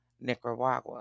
Nicaragua